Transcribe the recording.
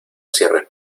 cierre